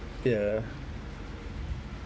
ya